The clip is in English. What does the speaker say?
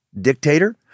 dictator